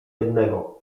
jednego